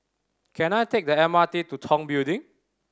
can I take the M R T to Tong Building